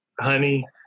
honey